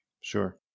Sure